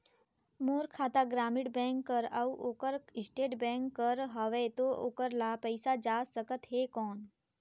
मोर खाता ग्रामीण बैंक कर अउ ओकर स्टेट बैंक कर हावेय तो ओकर ला पइसा जा सकत हे कौन?